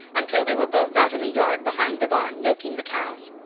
until they were both out in the yard behind the barn milking the cows.